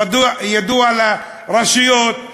ידוע לרשויות,